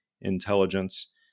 intelligence